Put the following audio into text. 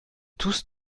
tous